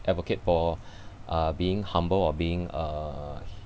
advocate for uh being humble or being uh